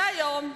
והיום,